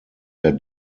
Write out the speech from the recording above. der